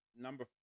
Number